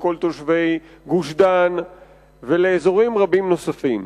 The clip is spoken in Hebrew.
לכל תושבי גוש-דן ובאזורים רבים נוספים.